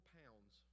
pounds